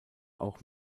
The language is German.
auch